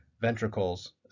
ventricles